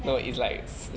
like